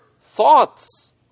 thoughts